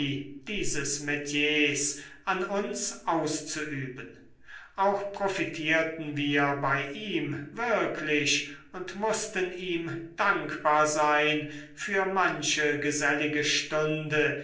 dieses metiers an uns auszuüben auch profitierten wir bei ihm wirklich und mußten ihm dankbar sein für manche gesellige stunde